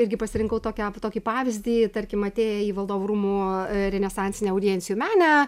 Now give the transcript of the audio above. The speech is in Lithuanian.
irgi pasirinkau tokią tokį pavyzdį tarkim atėję į valdovų rūmų renesansinę audiencijų menę